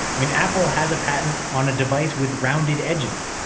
i mean, apple has a patent on a device with rounded edges.